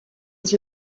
was